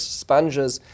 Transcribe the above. sponges